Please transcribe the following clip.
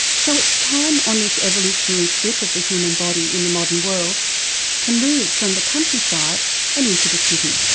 so it's time on this evolutionary trip of the human body in the modern world to move from the countryside and into the city.